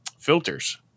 filters